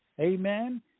Amen